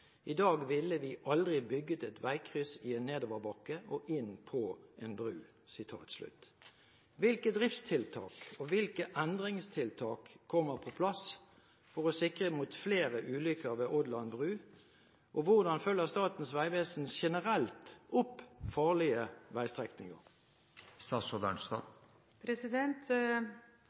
dag ville me aldri bygd eit vegkryss i enden av ei nedoverbakke og inn på ei bru.» Hvilke driftstiltak og hvilke endringstiltak kommer på plass for å sikre mot flere ulykker ved Ådland bru, og hvordan følger Statens vegvesen generelt opp farlige